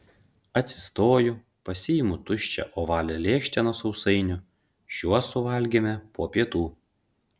atsistoju pasiimu tuščią ovalią lėkštę nuo sausainių šiuos suvalgėme po pietų